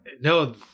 no